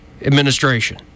Administration